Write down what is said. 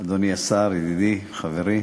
אדוני השר, ידידי, חברי,